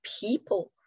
people